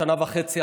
שנה וחצי,